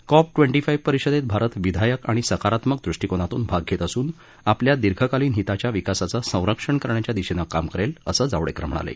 COP twenty five परिषदेत भारत विधायक आणि सकारात्मक दृष्टीकोनतून भाग घेत असून आपल्या दीर्घकालीन हिताच्या विकासाचं संरक्षण करण्याच्या दिशेनं काम करेल असं जावडेकर म्हणाले